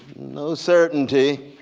no certainty,